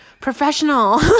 professional